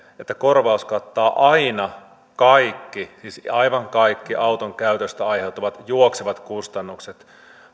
että korvaus kattaa aina kaikki siis aivan kaikki auton käytöstä aiheutuvat juoksevat kustannukset